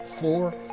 four